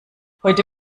heute